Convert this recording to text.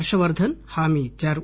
హర్షవర్గన్ హామి ఇచ్చారు